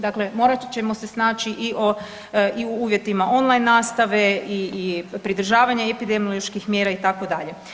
Dakle, morat ćemo se snaći i u uvjetima online nastave i pridržavanja epidemioloških mjera itd.